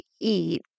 eat